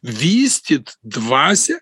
vystyti dvasią